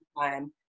time